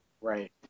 Right